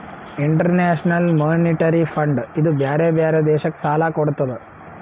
international monetary fund ಇದೂ ಬ್ಯಾರೆ ಬ್ಯಾರೆ ದೇಶಕ್ ಸಾಲಾ ಕೊಡ್ತುದ್